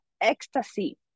ecstasy